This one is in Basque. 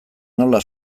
nola